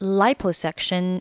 liposuction